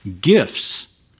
gifts